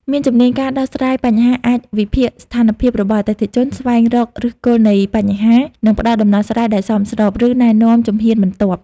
មានជំនាញការដោះស្រាយបញ្ហាអាចវិភាគស្ថានភាពរបស់អតិថិជន ស្វែងរកឫសគល់នៃបញ្ហា និងផ្ដល់ដំណោះស្រាយដែលសមស្រប ឬណែនាំជំហានបន្ទាប់។